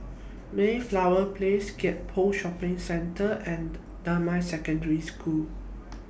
Mayflower Place Gek Poh Shopping Centre and Damai Secondary School